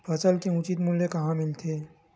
फसल के उचित मूल्य कहां मिलथे?